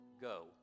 go